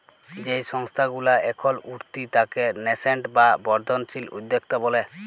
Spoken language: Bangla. যেই সংস্থা গুলা এখল উঠতি তাকে ন্যাসেন্ট বা বর্ধনশীল উদ্যক্তা ব্যলে